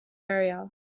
area